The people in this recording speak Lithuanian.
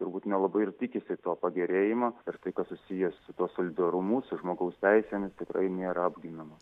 turbūt nelabai ir tikisi to pagerėjimo ir tai kas susiję su tuo solidarumu su žmogaus teisėmis tikrai nėra apginama